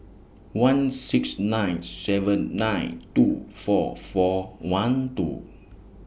one six nine seven nine two four four one two